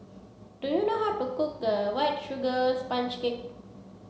do you know how to cook the white sugar sponge cake